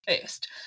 first